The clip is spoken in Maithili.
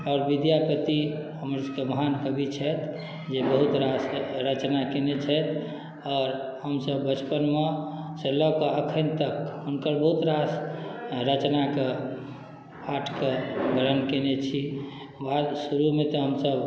आओर विद्यापति हमर सबके महान कवि छथि जे बहुत रास रचना कएने छथि आओर हमसब बचपनमेसँ लऽ कऽ एखन तक हुनकर बहुत रास रचनाके पाठके ग्रहण कएने छी शुरूमे तऽ हमसब